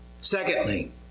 Secondly